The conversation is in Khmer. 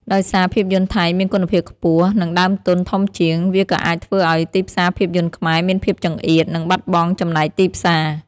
ដោយសារភាពយន្តថៃមានគុណភាពខ្ពស់ និងដើមទុនធំជាង វាក៏អាចធ្វើឲ្យ ទីផ្សារភាពយន្តខ្មែរមានភាពចង្អៀត និងបាត់បង់ចំណែកទីផ្សារ។